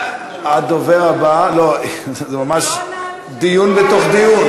הדובר הבא, לא, זה ממש דיון בתוך דיון.